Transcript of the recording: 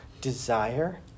desire